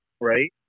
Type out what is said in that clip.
right